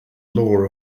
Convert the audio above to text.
law